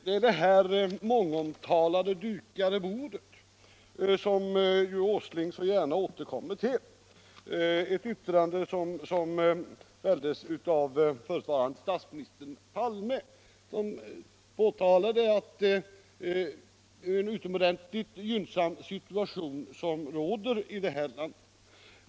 Det är det mångomtalade dukade bordet som herr Åsling så gärna återkommer till — det yttrande som fälldes av förutvarande statsministern Palme när han påpekade att det är en utomordentligt gynnsam situation som råder i det här landet.